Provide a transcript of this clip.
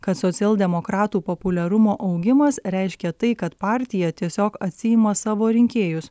kad socialdemokratų populiarumo augimas reiškia tai kad partija tiesiog atsiima savo rinkėjus